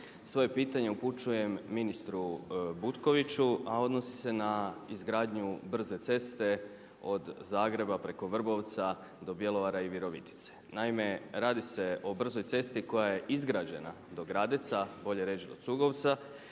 svoje pitanje upućujem ministru Butkoviću, a odnosio se na izgradnju brze ceste od Zagreba preko Vrbovca do Bjelovara i Virovitice. Naime, radi se o brzoj cesti koja je izgrađena do Gradeca, bolje reći do Cugovca.